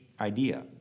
idea